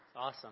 Awesome